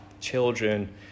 Children